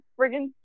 friggin